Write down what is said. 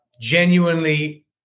genuinely